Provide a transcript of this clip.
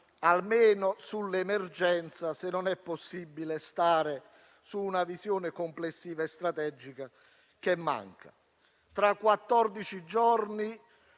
almeno sull'emergenza, se non è possibile stare su una visione complessiva e strategica, che manca. Tra quattordici